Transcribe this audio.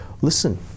listen